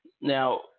Now